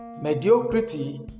Mediocrity